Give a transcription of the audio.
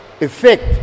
effect